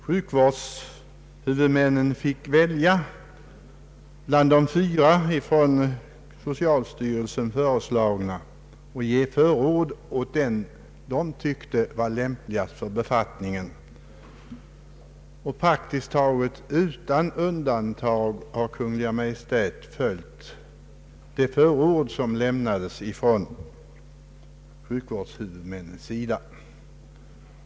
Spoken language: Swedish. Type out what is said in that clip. Sjukvårdshuvudmännen = fick bland de fyra som av socialstyrelsen uppförts på förslag till överläkare ge förord åt den de fann vara lämpligast för befattningen. Praktiskt taget utan undantag har Kungl. Maj:t följt de förord som lämnats från sjukvårdshuvudmännens sida.